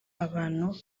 abantu